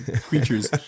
creatures